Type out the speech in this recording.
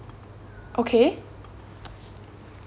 okay